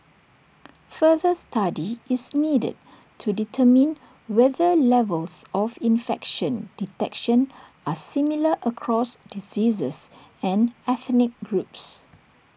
further study is needed to determine whether levels of infection detection are similar across diseases and ethnic groups